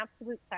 absolute